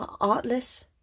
artless